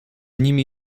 nimi